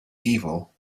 evil